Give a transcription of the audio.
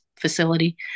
facility